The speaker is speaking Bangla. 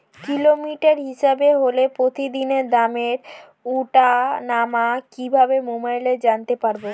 কিলোগ্রাম হিসাবে হলে প্রতিদিনের দামের ওঠানামা কিভাবে মোবাইলে জানতে পারবো?